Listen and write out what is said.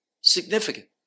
significant